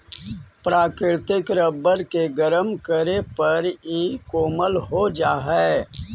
प्राकृतिक रबर के गरम करे पर इ कोमल हो जा हई